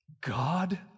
God